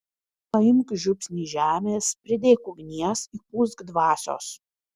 paimk žiupsnį žemės pridėk ugnies įpūsk dvasios